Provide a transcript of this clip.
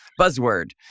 buzzword